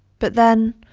but then,